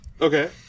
Okay